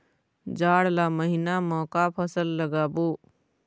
जाड़ ला महीना म का फसल लगाबो?